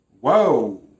Whoa